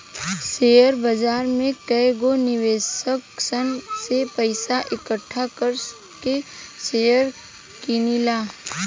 share बाजार में कएगो निवेशक सन से पइसा इकठ्ठा कर के शेयर किनला